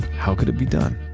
how could it be done?